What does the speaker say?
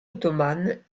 ottomane